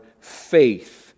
faith